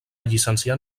llicenciar